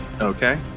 Okay